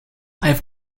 have